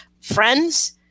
friends